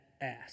ass